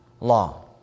law